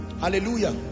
hallelujah